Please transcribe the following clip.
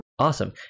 Awesome